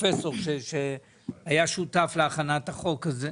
פרופסור שהיה שותף להכנת החוק הזה,